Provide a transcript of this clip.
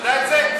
אתה יודע את זה?